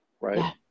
right